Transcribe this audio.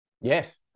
Yes